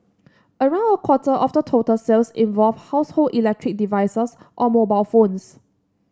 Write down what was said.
around a quarter of the total sales involved household electric devices or mobile phones